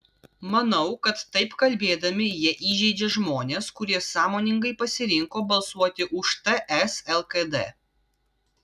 manau kad taip kalbėdami jie įžeidžia žmones kurie sąmoningai pasirinko balsuoti už ts lkd